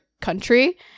country